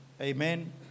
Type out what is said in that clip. Amen